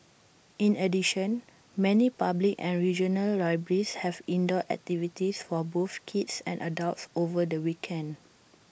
in addition many public and regional libraries have indoor activities for both kids and adults over the weekend